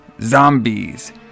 zombies